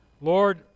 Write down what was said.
Lord